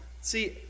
See